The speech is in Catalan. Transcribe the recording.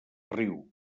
riu